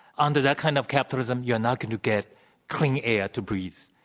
under that kind of capitalism, you are not going to get clean air to breathe.